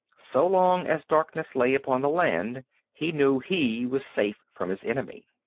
so long as darkness lay upon the land he knew he was safe from his enemy.